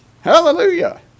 Hallelujah